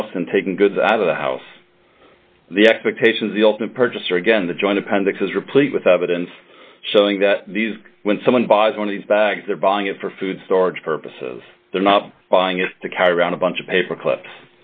house and taking goods out of the house the expectations the open purchaser again the joint appendix is replete with evidence showing that these when someone buys one of these bags they're buying it for food storage purposes they're not buying it to carry around a bunch of paper clips